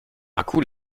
akku